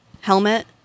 helmet